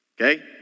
okay